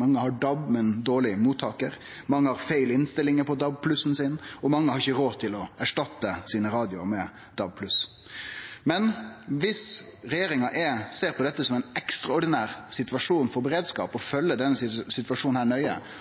mange har DAB, men dårleg mottakar, mange har feil innstillingar på DAB+-en sin, og mange har ikkje råd til å erstatte radioane sine med DAB+. Men viss regjeringa ser på dette som ein ekstraordinær situasjon for beredskap og følgjer denne situasjonen nøye